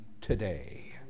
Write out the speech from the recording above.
today